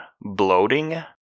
bloating